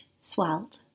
swelled